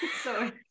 sorry